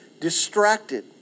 distracted